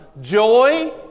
Joy